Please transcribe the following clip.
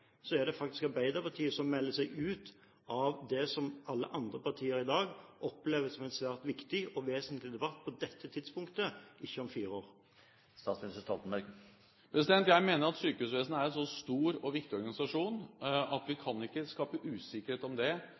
er det faktisk Arbeiderpartiet som melder seg ut av det som alle andre partier i dag opplever som en svært viktig og vesentlig debatt på dette tidspunktet – ikke om fire år. Jeg mener at sykehusvesenet er en så stor og viktig organisasjon at vi ikke kan skape usikkerhet om det